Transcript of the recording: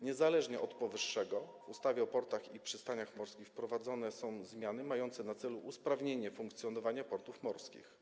Niezależnie od powyższego w ustawie o portach i przystaniach morskich wprowadzane są zmiany mające na celu usprawnienie funkcjonowania portów morskich.